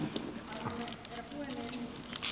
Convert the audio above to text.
arvoisa herra puhemies